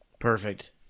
Perfect